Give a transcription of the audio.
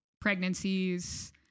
pregnancies